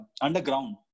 underground